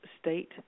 state